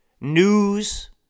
news